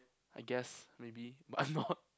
I guess maybe but not